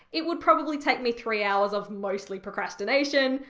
it would probably take me three hours of mostly procrastination,